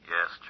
Yes